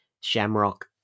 Shamrock